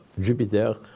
Jupiter